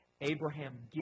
Abraham